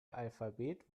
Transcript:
alphabet